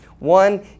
One